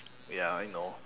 ya I know